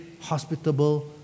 hospitable